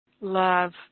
love